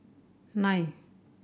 nine